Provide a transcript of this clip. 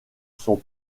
sont